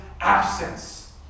absence